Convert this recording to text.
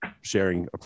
sharing